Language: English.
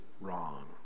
wrong